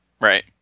Right